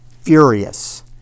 furious